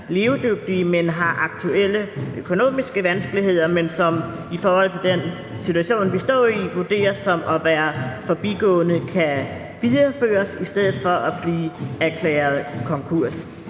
men har aktuelle økonomiske vanskeligheder, som i forhold til den situation, de står i, vurderes at være forbigående, kan videreføres i stedet for at blive erklæret konkurs.